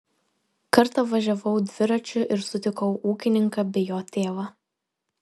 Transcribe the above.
kartą važiavau dviračiu ir sutikau ūkininką bei jo tėvą